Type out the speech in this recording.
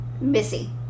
Missy